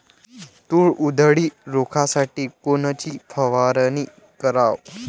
तूर उधळी रोखासाठी कोनची फवारनी कराव?